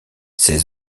ses